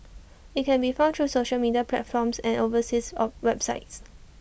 IT can be found through social media platforms and overseas websites